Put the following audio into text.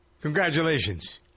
congratulations